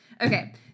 Okay